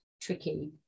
tricky